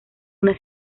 una